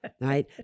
right